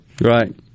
Right